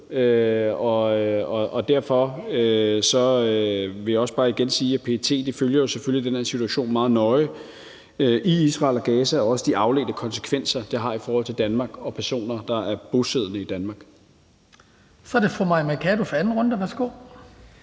Derfor vil jeg også bare igen sige, at PET følger den her situation i Israel og Gaza meget nøje og også de afledte konsekvenser, det har i forhold til Danmark og personer, der er bosiddende i Danmark. Kl. 17:49 Den fg. formand (Hans